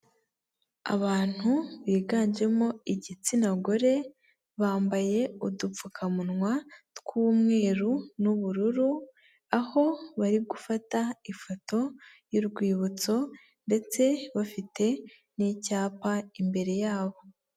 Abantu biganjemo igitsina gore, bambaye udupfukamunwa tw'umweru n'ubururu, aho bari gufata ifoto y'urwibutso ndetse bafite n'icyapa imbere yabo.